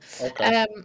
Okay